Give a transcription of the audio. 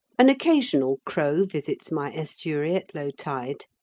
an occasional crow visits my estuary at low tide,